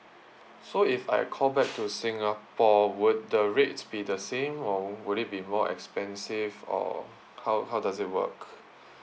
so if I call back to singapore would the rates be the same or would it be more expensive or how how does it work